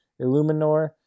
Illuminor